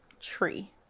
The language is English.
tree